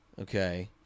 okay